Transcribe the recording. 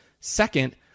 Second